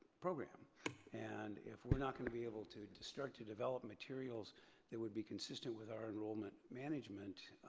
program and if we're not gonna be able to to start to develop materials that would be consistent with our enrollment management